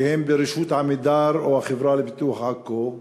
שהם ברשות "עמידר" או "החברה לפיתוח עכו",